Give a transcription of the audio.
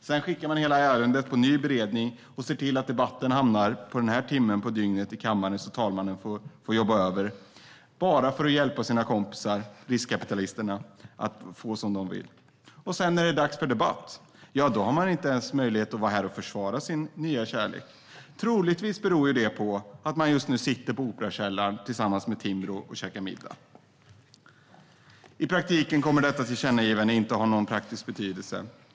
Sedan skickar man hela ärendet på ny beredning och ser till att debatten hamnar på den här timmen på dygnet i kammaren så att talmannen får jobba över, bara för att hjälpa sina kompisar, riskkapitalisterna, att få som de vill. Och sedan när det är dags för debatt har man inte ens möjlighet att vara här och försvara sin nya kärlek. Troligtvis beror det på att man just nu sitter på Operakällaren och käkar middag med Timbro. I praktiken kommer tillkännagivandet inte att ha någon betydelse.